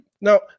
Now